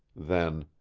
then,